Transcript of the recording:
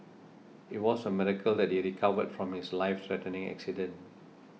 it was a miracle that he recovered from his life threatening accident